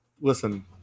listen